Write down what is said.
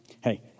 Hey